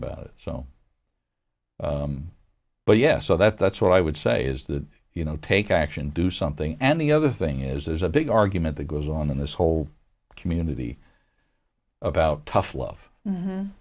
about it so but yes so that that's what i would say is that you know take action do something and the other thing is there's a big argument that goes on in this whole community about tough love m